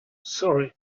sorry